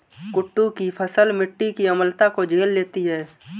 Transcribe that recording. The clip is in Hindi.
कुट्टू की फसल मिट्टी की अम्लता को झेल लेती है